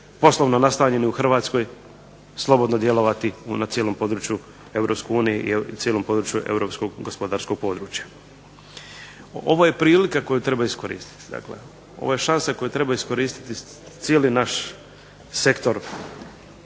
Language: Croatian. poslovno nastanjeni u Hrvatskoj slobodno djelovati na cijelom području Europske unije i na cijelom području europskog gospodarskog područja. Ovo je prilika koju treba iskoristiti, ovo je šansa koju treba iskoristiti cijeli naš sektor